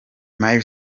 miley